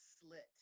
slit